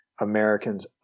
Americans